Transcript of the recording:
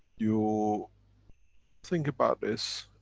you think about this,